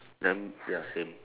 then ya same